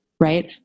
right